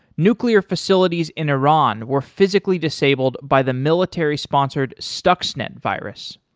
nuclear facilities in iran were physically disabled by the military sponsored stuxnet virus.